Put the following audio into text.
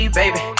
baby